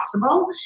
possible